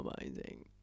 amazing